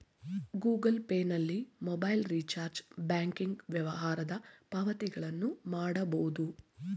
Google Pay ನಲ್ಲಿ mobile recharge, banking ವ್ಯವಹಾರದ ಪಾವತಿಗಳನ್ನು ಮಾಡಬೋದು